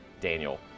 Daniel